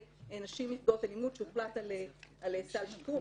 נשים נפגעות אלימות שהוחלט על סל שיקום,